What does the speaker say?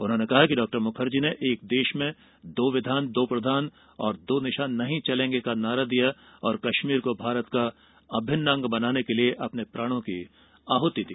उन्होंने कहा कि डॉक्टर मुखर्जी ने एक देश में दो विधान दो प्रधान और दो निशान नहीं चलेंगे का नारा दिया और कश्मीर को भारत का अभिन्न अंग बनाने के लिए अपने प्राणों की आहूति दी